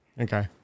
Okay